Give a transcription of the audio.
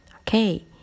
Okay